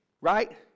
Right